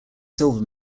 silver